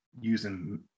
using